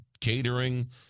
catering